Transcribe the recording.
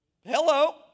Hello